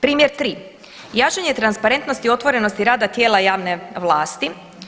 Primjer tri, jačanje transparentnosti, otvorenosti rada tijela javne vlasti.